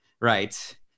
right